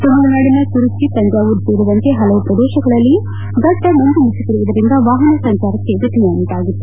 ತಮಿಳುನಾಡಿನ ತಿರುಚಿ ತಾಂಜಾವೂರ್ ಸೇರಿದಂತೆ ಪಲವು ಪ್ರದೇಶಗಳಲ್ಲಿಯೂ ದಟ್ಟ ಮಂಜು ಮುಸುಕಿರುವುದರಿಂದ ವಾಪನ ಸಂಚಾರ ವ್ಯತ್ಯಯ ಉಂಟಾಗಿತ್ತು